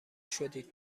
شدید